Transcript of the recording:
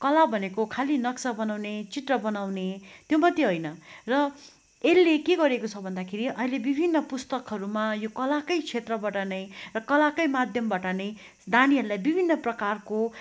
कला भनेको खाली नक्सा बनाउने चित्र बनाउने त्यो मात्रै होइन र यसले के गरेको छ भन्दाखेरि अहिलेले विभिन्न पुस्तकहरूमा यो कलाकै क्षेत्रबट नै र कलाकै माध्यमबट नै नानीहरूलाई विभिन्न प्रकारको